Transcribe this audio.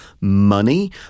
money